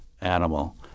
animal